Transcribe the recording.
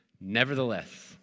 Nevertheless